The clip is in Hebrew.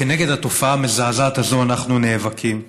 נגד התופעה המזעזעת הזאת אנחנו נאבקים,